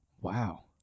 Wow